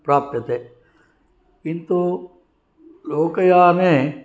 प्राप्यते किन्तु लोकयाने